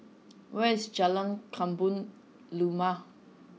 where is Jalan Kebun Limau